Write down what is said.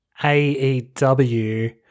AEW